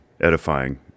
edifying